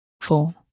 four